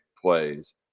plays